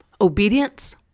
Obedience